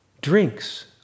drinks